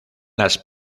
las